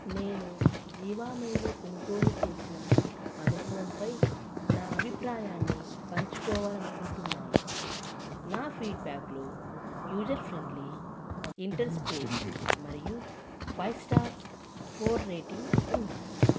నేను జీవామేలో కొనుగోలు చేసిన అనుభవంపై నా అభిప్రాయాన్ని పంచుకోవాలి అనుకుంటున్నాను నా ఫీడ్బ్యాక్లో యూజర్ ఫ్రెండ్లీ ఇంటర్స్పేస్ మరియు ఫైవ్ స్టార్స్ ఫోర్ రేటింగ్ ఉన్నాయి